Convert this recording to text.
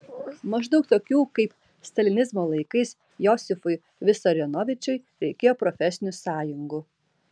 maždaug tokių kaip stalinizmo laikais josifui visarionovičiui reikėjo profesinių sąjungų